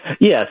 Yes